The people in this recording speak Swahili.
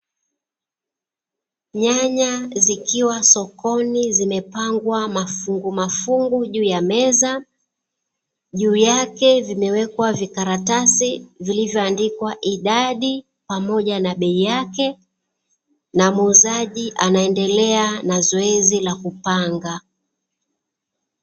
Nyanya zikiwa sokoni zimepangwa mafungumafungu juu ya meza, juu yake vimewekwa vikaratasi vilivyoandikwa idadi pamoja na bei yake, na muuzaji anaendelea na zoezi la kupanga.